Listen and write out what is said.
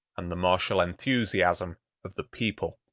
and the martial enthusiasm of the people.